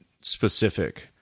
specific